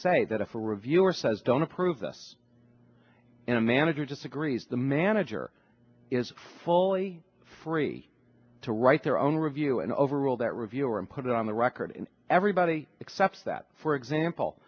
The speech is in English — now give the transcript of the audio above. say that if a reviewer says don't approve this and a manager just agrees the manager is fully free to write their own review and overrule that reviewer and put it on the record and everybody accepts that for example